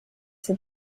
said